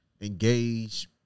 Engage